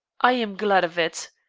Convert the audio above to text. i am glad of it.